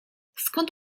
skąd